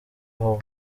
aho